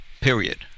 period